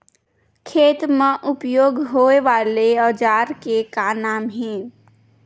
खेत मा उपयोग होए वाले औजार के का नाम हे?